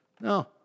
No